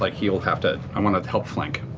like he'll have to i want to help flank.